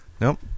Nope